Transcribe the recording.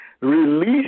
release